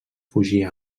fugir